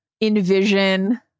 envision